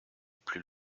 plus